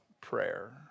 prayer